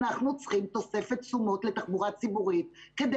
אנחנו צריכים תוספת תשומות לתחבורה ציבורית כדי